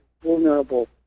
vulnerable